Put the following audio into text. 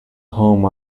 home